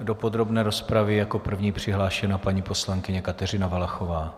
Do podrobné rozpravy je jako první přihlášena paní poslankyně Kateřina Valachová.